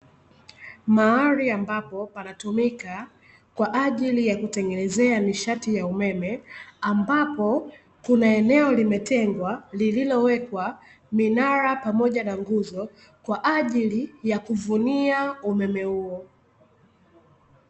Mahali ambapo panatumika kwa ajili ya kutengenezea nishati ya umeme, ambapo kuna eneo limetengwa lililo wekwa minara pamoja na nguzo kwa ajili ya kuvunia umeme huo.